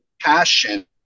passion